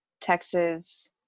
Texas